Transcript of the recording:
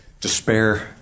despair